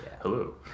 hello